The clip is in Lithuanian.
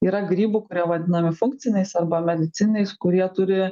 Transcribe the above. yra grybų kurie vadinami funkciniais arba medicininiais kurie turi